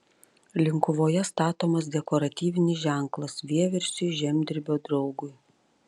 linkuvoje statomas dekoratyvinis ženklas vieversiui žemdirbio draugui